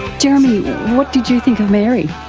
jeremy, what did you think of mary?